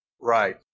Right